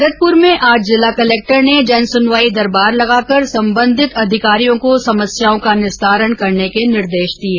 भरतपुर में आज जिला कलेक्टर ने जनसुनवाई कर सम्बन्धित अधिकारियों को समस्याओं का निस्तारण करने के निर्देश दिये